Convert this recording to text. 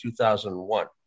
2001